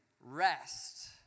rest